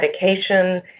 medication